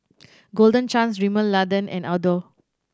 Golden Chance Rimmel London and Adore